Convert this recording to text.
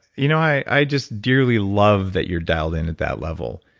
you know i i just dearly love that you're dialed and at that level.